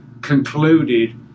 concluded